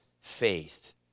faith